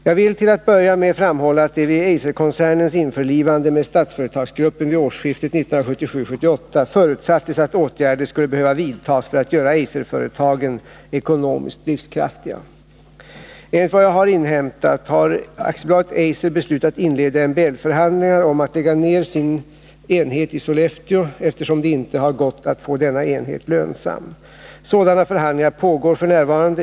Jag vill till att börja med framhålla att det vid Eiserkoncernens införlivande med Statsföretagsgruppen vid årsskiftet 1977-1978 förutsattes att åtgärder skulle behöva vidtas för att göra Eiserföretagen ekonomiskt livskraftiga. Enligt vad jag inhämtat har AB Eiser beslutat inleda MBL-förhandlingar om att lägga ner sin enhet i Sollefteå eftersom det inte har gått att få denna enhet lönsam. Sådana förhandlingar pågår f. n.